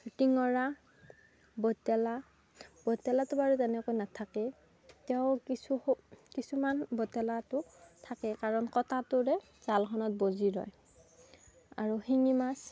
টিঙৰা বইতালা বইতালাটো বাৰু তেনেকৈ নাথাকে তেওঁ কিছু কিছুমান বইতালাটো থাকে কাৰণ কটাটোৰে জালখনত বজি ৰয় আৰু শিঙি মাছ